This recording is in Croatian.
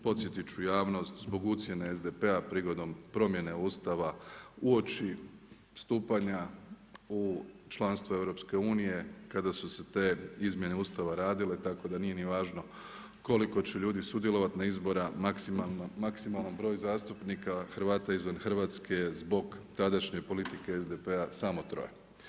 Podsjetiti ću javnost zbog ucjene SDP-a prigodom promjene Ustava uoči stupanja u članstvo EU, kada su se te izmjene Ustava radile tako da nije ni važno koliko će ljudi sudjelovati na izborima, maksimalan broj zastupnika Hrvata izvan Hrvatske zbog tadašnje politike SDP-a, samo troje.